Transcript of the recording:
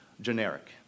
generic